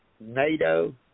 NATO